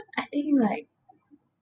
I think like